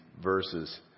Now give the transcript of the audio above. verses